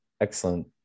Excellent